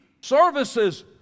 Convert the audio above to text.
services